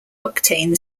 octane